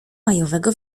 majowego